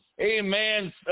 Amen